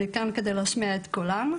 אני כאן כדי להשמיע את קולן.